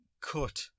cut